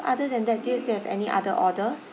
other than that do you still have any other orders